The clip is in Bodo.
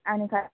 आंनि खा